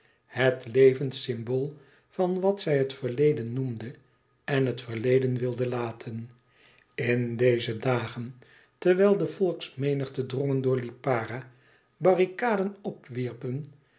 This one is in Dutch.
het levend symbool van wat zij het verleden noemden en het verleden wilden laten in deze dagen terwijl de volksmenigten drongen door lipara barrikaden opwierpen